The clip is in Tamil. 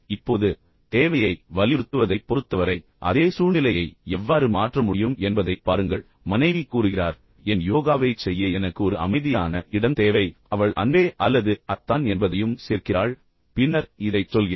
இப்போது தேவையை வலியுறுத்துவதைப் பொறுத்தவரை அதே சூழ்நிலையை எவ்வாறு மாற்ற முடியும் என்பதைப் பாருங்கள் மனைவி கூறுகிறார் என் யோகாவைச் செய்ய எனக்கு ஒரு அமைதியான இடம் தேவை அவள் அன்பே அல்லது அத்தான் என்பதையும் சேர்க்கிறாள் பின்னர் இதைச் சொல்கிறாள்